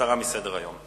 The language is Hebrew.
מציע להסיר מסדר-היום.